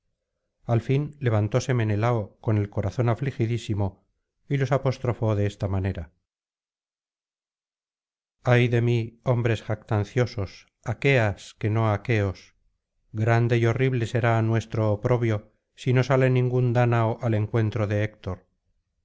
al fin levantóse menelao con el corazón afligidísimo y los apostrofó de esta manera ay de mí hombres jactanciosos aqueas que no aqueos grande y horrible será nuestro oprobio si no sale ningún dánao al encuentro de héctor